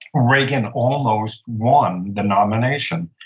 reagan almost won the nomination.